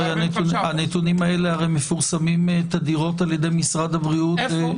הנתונים האלה מפורסמים תדירות על-ידי משרד הבריאות,